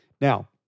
Now